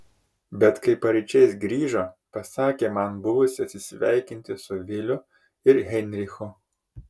bet kai paryčiais grįžo pasakė man buvusi atsisveikinti su viliu ir heinrichu